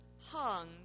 hung